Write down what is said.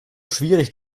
schwierig